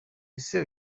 ese